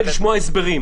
אתה מסתיר אותה מהציבור?